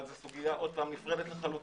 אבל זו סוגיה נפרדת לחלוטין,